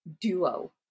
duo